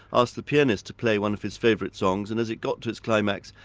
asked the pianist to play one of his favourite songs, and as it got to its climax,